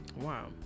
Wow